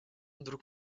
вдруг